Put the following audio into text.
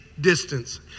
distance